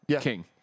King